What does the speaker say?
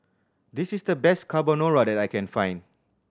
this is the best Carbonara that I can find